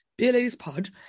beerladiespod